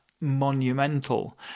monumental